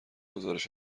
گزارش